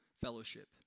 fellowship